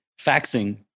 faxing